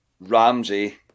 Ramsey